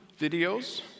videos